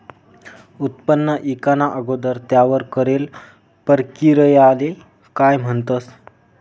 उत्पन्न ईकाना अगोदर त्यावर करेल परकिरयाले काय म्हणतंस?